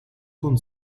con